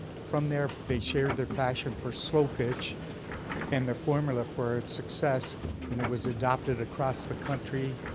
from there they shared their passion for slo-pitch and their formula for it's success and it was adopted across the country,